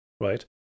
right